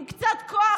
עם קצת כוח,